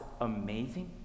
amazing